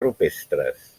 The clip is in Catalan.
rupestres